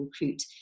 recruit